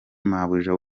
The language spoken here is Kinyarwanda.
mabuja